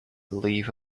believe